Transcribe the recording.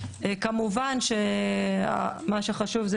כמובן שמה שחשוב זה